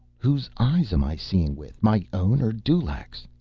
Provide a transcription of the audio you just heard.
whose eyes am i seeing with, my own or dulaq's?